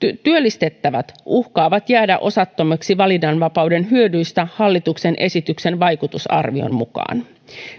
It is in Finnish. työllistettävät uhkaavat jäädä osattomiksi valinnanvapauden hyödyistä hallituksen esityksen vaikutusarvion mukaan